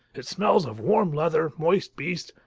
it smells of warm leather, moist beast,